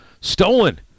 stolen